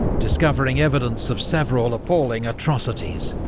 discovering evidence of several appalling atrocities,